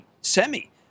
semi